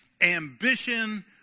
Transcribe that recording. ambition